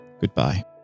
goodbye